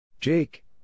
Jake